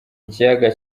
ikiyaga